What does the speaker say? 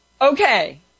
Okay